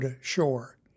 shore